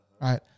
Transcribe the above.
right